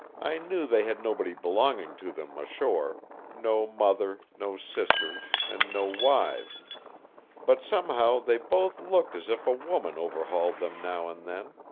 i knew they had nobody belonging to them ashore no mother, no sisters, and no wives but somehow they both looked as if a woman overhauled them now and then.